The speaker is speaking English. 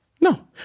no